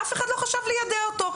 אף אחד בבית הספר לא חשב ליידע אותו.